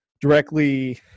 directly